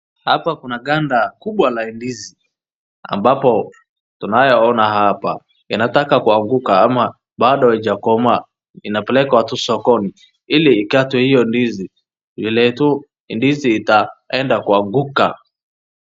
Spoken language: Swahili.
Hapa kuna ganda kubwa la ndizi ambapo tunayoona hapa, yanataka kuanguka ama bado haijakomaa, inapelekwa tu sokoni, ili ikatwe hiyo ndizi vile tu ndizi itaenda kuanguka.